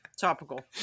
Topical